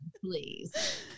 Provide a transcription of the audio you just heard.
Please